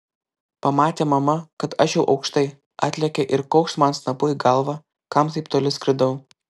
pamatė mama kad aš jau aukštai atlėkė ir kaukšt man snapu į galvą kam taip toli skridau